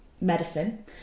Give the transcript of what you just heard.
medicine